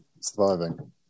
Surviving